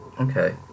Okay